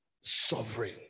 sovereign